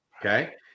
Okay